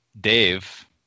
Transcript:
Dave